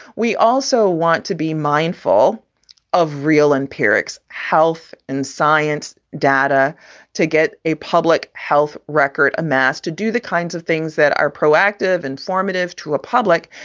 we also want to be mindful of real empirics health and science data to get a public health record, a mass to do the kinds of things that. proactive, informative to republic,